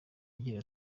agira